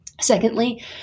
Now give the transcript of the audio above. secondly